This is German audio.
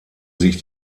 sich